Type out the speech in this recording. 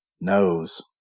knows